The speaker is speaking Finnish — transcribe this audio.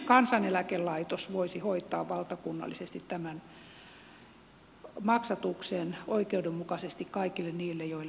kansaneläkelaitos voisi hoitaa valtakunnallisesti tämän maksatuksen oikeudenmukaisesti kaikille niille joille se kuuluu